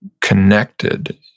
connected